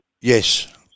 Yes